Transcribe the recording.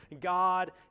God